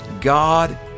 God